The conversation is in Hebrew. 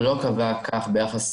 הוא לא קבע כך ביחס